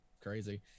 crazy